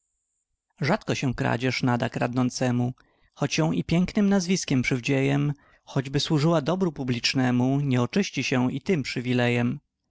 rzadko się kradzież nada kradnącemu choć ją i pięknem nazwiskiem przywdziejem choćby służyła dobru publicznemu nie oczyści się i tym przywilejem